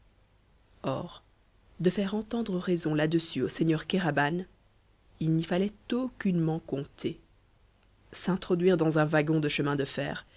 or de faire entendre raison là-dessus au seigneur kéraban il n'y fallait aucunement compter s'introduire dans un wagon de chemin de fer